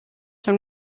son